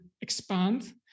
expand